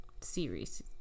series